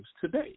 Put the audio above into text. today